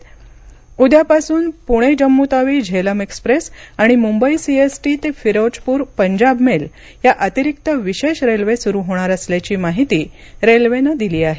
रवि उद्यापासून पुणे जम्मूतावी झेलम एक्प्रेस आणि मुंबई सीएसटी ते फिरोजपूर पंजाब मेल या अतिरिक्त विशेष रेल्वे सुरू होणार असल्याची माहिती रेल्वेनं दिली आहे